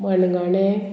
मणगणे